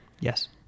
Yes